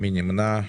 מי נמנע?